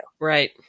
Right